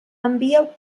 envieu